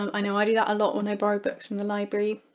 um i know i do that a lot when i borrow books from the library.